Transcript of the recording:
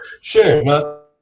Sure